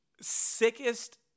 sickest